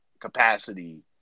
capacity